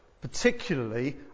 Particularly